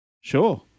Sure